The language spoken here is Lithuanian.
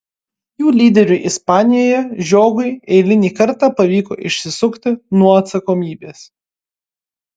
jų lyderiui ispanijoje žiogui eilinį kartą pavyko išsisukti nuo atsakomybės